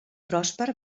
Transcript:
pròsper